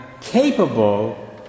capable